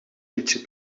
liedje